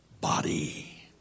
body